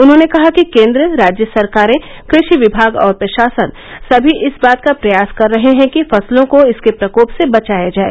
उन्होंने कहा कि केंद्र राज्य सरकारें कृषि विभाग और प्रशासन सभी इस बात का प्रयास कर रहे हैं कि फसलों को इसके प्रकोप से बचाया जाए